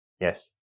Yes